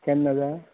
केन्ना जाय